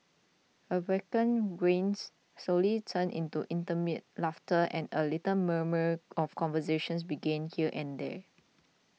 awkward grins slowly turned into intermittent laughter and a little murmurs of conversations began here and there